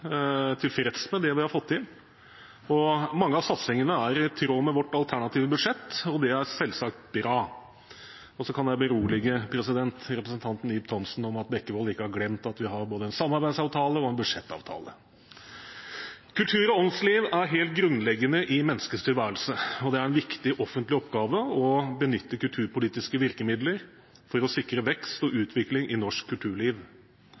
tilfreds med det vi har fått til. Mange av satsingene er i tråd med vårt alternative budsjett, og det er selvsagt bra. Og så kan jeg berolige representanten Ib Thomsen med at Bekkevold ikke har glemt at vi har både en samarbeidsavtale og en budsjettavtale. Kultur og åndsliv er helt grunnleggende i menneskets tilværelse, og det er en viktig offentlig oppgave å benytte kulturpolitiske virkemidler for å sikre vekst og utvikling i norsk kulturliv.